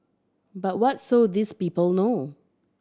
but what so these people know